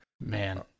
man